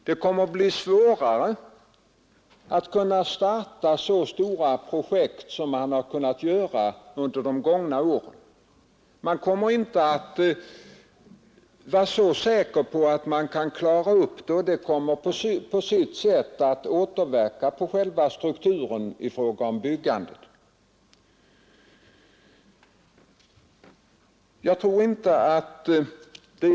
Det kommer att bli svårare att starta så stora projekt som man har kunnat göra under de gångna åren. Man kommer inte att vara så säker på att man kan klara upp dem, och det kommer på sitt sätt att återverka på själva strukturen inom byggandet.